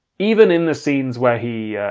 even in the scenes where he